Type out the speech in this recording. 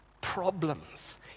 problems